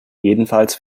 jedenfalls